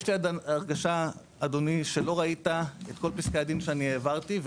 יש לי הרגשה אדוני שלא ראית את כל פסקי הדין שאני העברתי.